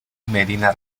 medina